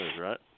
right